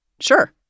Sure